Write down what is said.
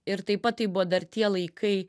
ir taip pat tai buvo dar tie laikai